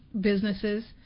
businesses